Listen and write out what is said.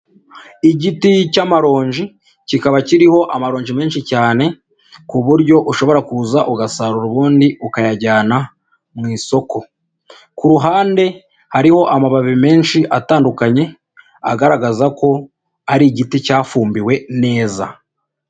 Igiti cy'amaronji kikaba kiriho amaronji menshi cyane, ku buryo ushobora kuza ugasarura ubundi ukayajyana mu isoko, ku ruhande hariho amababi menshi atandukanye agaragaza ko ari igiti cyafumbiwe neza.